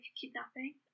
kidnapping